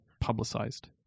publicized